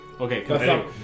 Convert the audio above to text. Okay